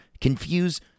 Confuse